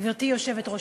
גברתי היושבת-ראש,